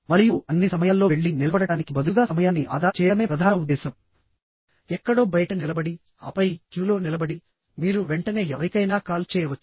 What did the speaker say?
మరియు అన్ని సమయాల్లో వెళ్లి నిలబడటానికి బదులుగా సమయాన్ని ఆదా చేయడమే ప్రధాన ఉద్దేశం ఎక్కడో బయట నిలబడి ఆపై క్యూలో నిలబడి మీరు వెంటనే ఎవరికైనా కాల్ చేయవచ్చు